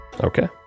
Okay